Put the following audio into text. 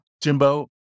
Jimbo